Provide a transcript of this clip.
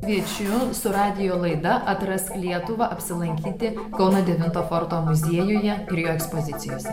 kviečiu su radijo laida atrask lietuvą apsilankyti kauno devinto forto muziejuje ir jo ekspozicijose